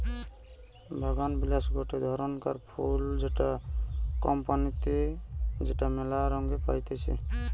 বাগানবিলাস গটে ধরণকার ফুল যেটা কম পানিতে যেটা মেলা রঙে পাইতিছি